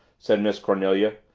said miss cornelia,